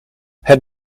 het